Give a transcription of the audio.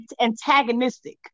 antagonistic